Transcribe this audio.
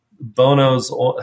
Bono's